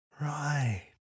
Right